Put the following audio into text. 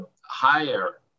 higher